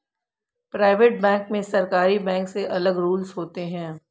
private bank में सरकारी bank से अलग रूल्स होते है